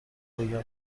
بگم